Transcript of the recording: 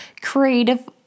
creative